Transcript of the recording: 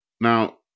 Now